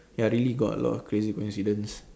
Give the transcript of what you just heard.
ya really got a lot of crazy coincidence